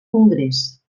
congrés